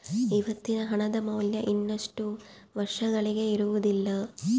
ಇವತ್ತಿನ ಹಣದ ಮೌಲ್ಯ ಇನ್ನಷ್ಟು ವರ್ಷಗಳಿಗೆ ಇರುವುದಿಲ್ಲ